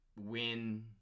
win